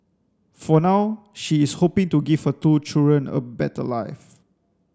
for now she is hoping to give her two children a better life